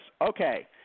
Okay